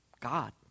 God